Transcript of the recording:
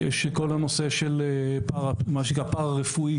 יש את כל הנושא של מה שנקרא פרא-רפואי